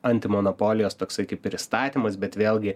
antimonopolijos toksai kaip ir įstatymas bet vėlgi